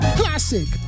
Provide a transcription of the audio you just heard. classic